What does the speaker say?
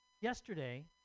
Yesterday